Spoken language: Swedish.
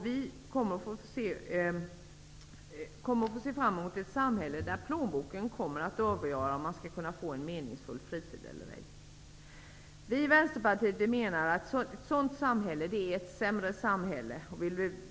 Vi kommer att få ett samhälle där plånboken avgör om man skall ha en meningsfull fritid eller ej. Vi i Vänsterpartiet menar att ett sådant samhälle är ett sämre samhälle.